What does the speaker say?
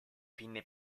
pinne